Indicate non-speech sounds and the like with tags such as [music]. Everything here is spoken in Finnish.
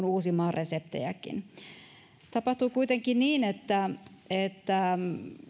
[unintelligible] uusimaan reseptejäkin tapahtui kuitenkin niin että että